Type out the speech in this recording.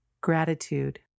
Gratitude